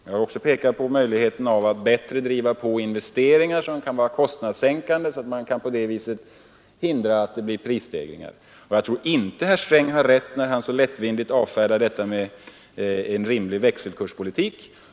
Jag har också pekat på möjligheterna att bättre driva på investeringar som kan vara kostnadssänkande, så att man på det sättet kan förhindra att det uppstår prisstegringar. Jag tror inte heller herr Sträng har rätt när han så lättfärdigt avfärdar tanken på en rimlig växelkurspolitik.